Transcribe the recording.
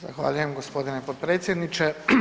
Zahvaljujem g. potpredsjedniče.